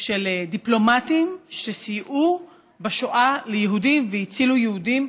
של דיפלומטים שסייעו בשואה ליהודים והצילו יהודים,